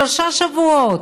שלושה שבועות,